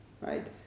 Right